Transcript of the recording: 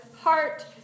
heart